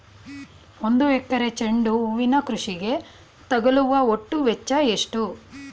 ಒಂದು ಎಕರೆ ಚೆಂಡು ಹೂವಿನ ಕೃಷಿಗೆ ತಗಲುವ ಒಟ್ಟು ವೆಚ್ಚ ಎಷ್ಟು?